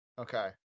Okay